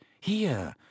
Here